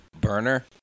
Burner